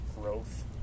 growth